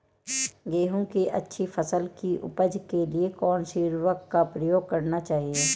गेहूँ की अच्छी फसल की उपज के लिए कौनसी उर्वरक का प्रयोग करना चाहिए?